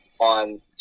on